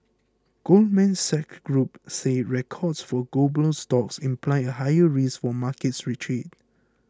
Goldman Sachs Group says records for global stocks imply a higher risk for a market retreat